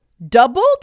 doubled